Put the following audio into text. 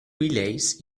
relays